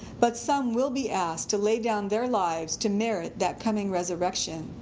but some will be asked to lay down their lives to merit that coming resurrection.